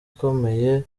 ikomeye